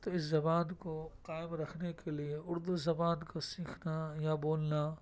تو اس زبان کو قائم رکھنے کے لیے اردو زبان کو سیکھنا یا بولنا